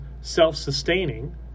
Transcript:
self-sustaining